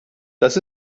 das